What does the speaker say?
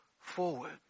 forward